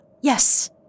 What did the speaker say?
Yes